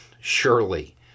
surely